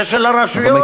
זה של הרשויות.